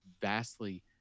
vastly